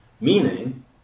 Meaning